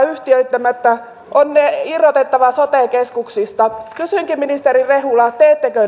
yhtiöittämättä on ne irrotettava sote keskuksista kysynkin ministeri rehula teettekö